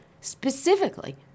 specifically